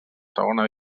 segona